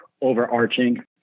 overarching